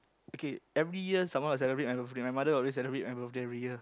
okay every year someone will celebrate my birthday my mother will always celebrate my birthday every year